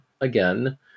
again